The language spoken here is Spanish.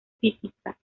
física